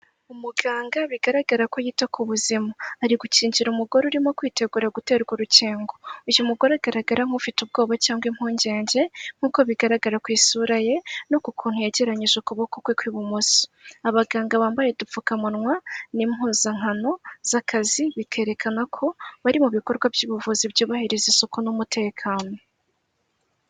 Umuganga bigaragara ko yita ku buzima, Ari gukingira umugore urimo kwitegura guterwa urukingo. Uyu mugore agaragara nk'ufite ubwoba cyangwa impungenge, nk'uko bigaragara ku isura ye, no ku kuntu yegeranyije ukuboko kwe kw'ibumoso. Abaganga bambaye udupfukamunwa n'impuzankano z'akazi, bikerekana ko bari mu bikorwa by'ubuvuzi byubahiriza isuku n'umutekano.